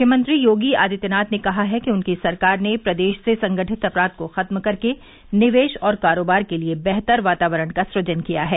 मुख्यमंत्री योगी आदित्यनाथ ने कहा है कि उनकी सरकार ने प्रदेश से संगठित अपराध को खत्म कर के निवेश और कारोबार के लिए बेहतर वातावरण का सुजन किया है